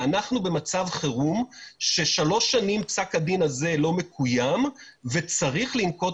ואנחנו במצב חירום ששלוש שנים פסק הדין הזה לא מקוים וצריך לנקוט